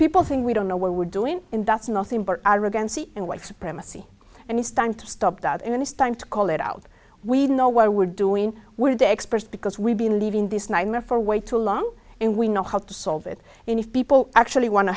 people thing we don't know what we're doing in that's nothing but again see and white supremacy and it's time to stop that and it's time to call it out we know why we're doing we're the experts because we believe in this nightmare for way too long and we know how to solve it and if people actually want to